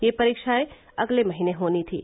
यह परीक्षाएं अगले महीने होनी थीं